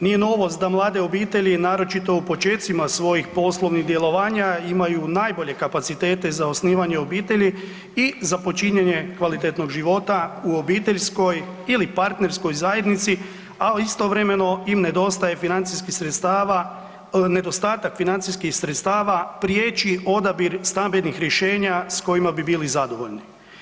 Nije novost da mlade obitelji, naročito u počecima svojih poslovnih djelovanja imaju najbolje kapacitete za osnivanje obitelji i za počinjenje kvalitetnog života u obiteljskoj ili partnerskoj zajednici, a istovremeno im nedostaje financijskih sredstava, nedostatak financijskih sredstava priječi odabir stambenih rješenja s kojima bi bili zadovoljni.